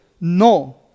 no